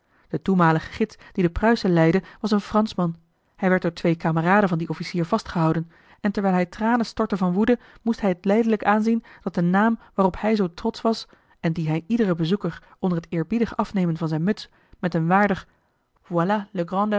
de toenmalige gids die de pruisen leidde was een franschman hij werd door twee kameraden van dien officier vastgehouden en terwijl hij tranen stortte van woede moest hij het lijdelijk aanzien dat de naam waarop hij zoo trotsch was en dien hij iederen bezoeker onder het eerbiedig afnemen van zijne muts met een waardig voilà